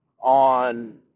on